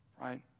right